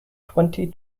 twenty